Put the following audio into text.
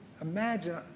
imagine